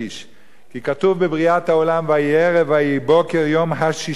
כי כתוב בבריאת העולם "ויהי ערב ויהי בקר יום הששי"; בה"א.